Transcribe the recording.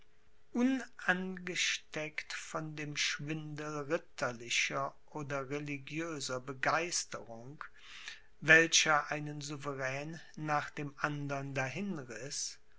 unangesteckt von dem schwindel ritterlicher oder religiöser begeisterung welcher einen souverän nach dem andern